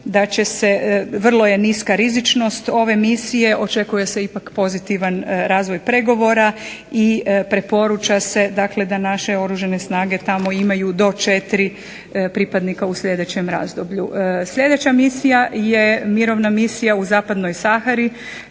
da će se, vrlo je niska rizičnost ove misije, očekuje se ipak pozitivan razvoj pregovora i preporuča se da naše Oružane snage tamo imaju do četiri pripadnika u sljedećem razdoblju. sljedeća misija je mirovna misija u zapadnoj Sahari